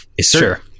Sure